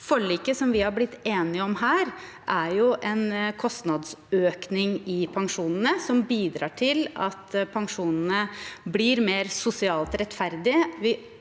Forliket som vi har blitt enige om her, er en kostnadsøkning i pensjonene som bidrar til at pensjonene blir mer sosialt rettferdige.